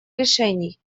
решений